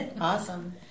Awesome